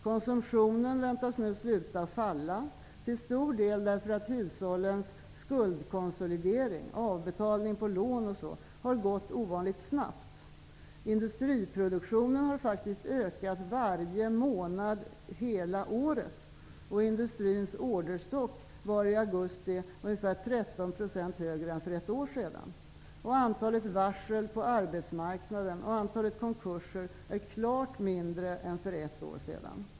Konsumtionen väntas nu sluta falla, till stor del därför att hushållens skuldkonsolidering -- avbetalning på lån och sådant -- har gått ovanligt snabbt. Industriproduktionen har faktiskt ökat varje månad hela året, och industrins orderstock var i augusti ungefär 13 % högre än för ett år sedan. Antalet varsel på arbetsmarknaden och antalet konkurser är klart mindre än för ett år sedan.